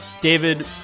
David